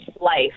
life